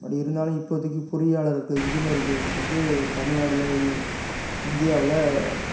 but இருந்தாலும் இப்போதைக்கி பொறியாளருக்கு இன்ஜினியருக்கு வந்து தமிழ் நாடில் இந்தியாவில்